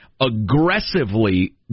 aggressively